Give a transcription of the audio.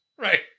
Right